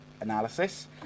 analysis